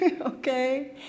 okay